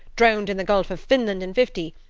drowned in the gulf of finland in fifty.